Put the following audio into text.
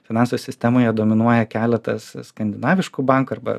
finansų sistemoje dominuoja keletas skandinaviškų bankų arba